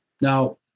Now